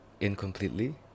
incompletely